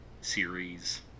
series